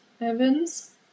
Evans